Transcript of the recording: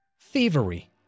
Thievery